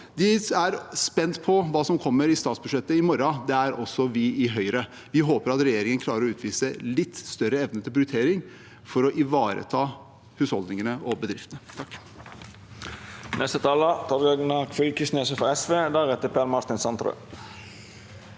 De er spent på hva som kommer i statsbudsjettet i morgen; det er også vi i Høyre. Vi håper at regjeringen klarer å utvise litt større evne til prioritering for å ivareta husholdningene og bedriftene.